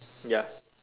ya